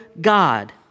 God